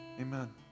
amen